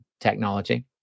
Technology